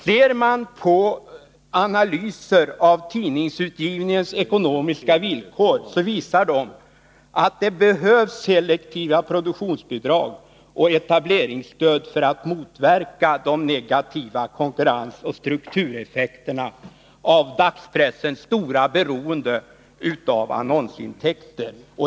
Ser man på analyser av tidningsutgivningens ekonomiska villkor, finner man att det behövs selektiva produktionsbidrag och etableringsstöd för att motverka de negativa konkurrensoch struktureffekterna av dagspressens stora beroende av annonsintäkter.